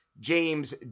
James